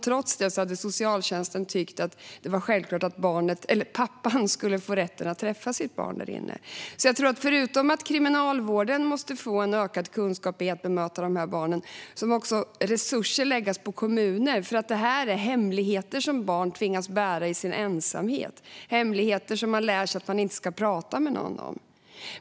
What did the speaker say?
Trots det hade socialtjänsten tyckt att det var självklart att pappan skulle ha rätt att träffa sitt barn. Förutom att Kriminalvården måste få en ökad kunskap i att bemöta barnen måste också resurser läggas på kommuner. Det här är hemligheter som barn tvingas bära i sin ensamhet. Det är hemligheter som de lär sig att inte prata med någon om.